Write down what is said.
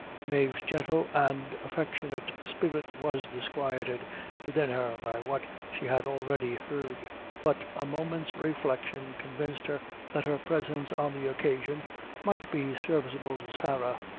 mave's gentle and affectionate spirit was disquieted within her by what she had already heard but a moment's reflection convinced her that her presence on the occasion might be serviceable to sarah,